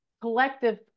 collective